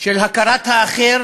של הכרת האחר